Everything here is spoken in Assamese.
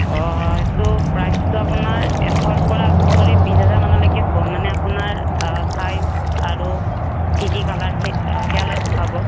অঁ এইটো প্ৰাইচটো আপোনাৰ এশৰ পৰা আৰম্ভ কৰি বিছ হাজাৰমানলৈকে হ'ব মানে আপোনাৰ চাইজ আৰু কি কি কালাৰ সেয়া লৈ কথা হ'ব